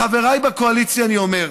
לחבריי בקואליציה אני אומר: